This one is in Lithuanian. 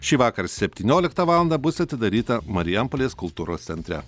šįvakar septynioliktą valandą bus atidaryta marijampolės kultūros centre